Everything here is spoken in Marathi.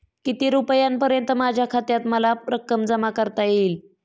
किती रुपयांपर्यंत माझ्या खात्यात मला रक्कम जमा करता येईल?